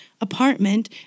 apartment